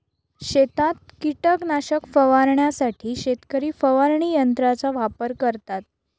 शेतात कीटकनाशक फवारण्यासाठी शेतकरी फवारणी यंत्राचा वापर करतात